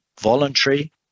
voluntary